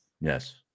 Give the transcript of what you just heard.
yes